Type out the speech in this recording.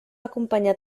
acompanyar